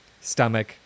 stomach